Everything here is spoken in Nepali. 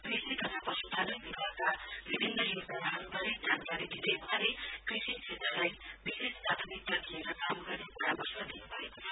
कृषि तथा पशुपालन विभागका विभिन्न योजनाहरूबारे जानकारी दिँदै वहाँले कृषि क्षेत्रलाई विशेष प्राथमिकता दिएर काम गर्ने परामर्श दिनु भएको छ